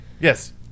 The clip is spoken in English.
Yes